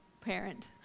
parent